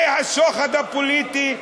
זה השוחד הפוליטי.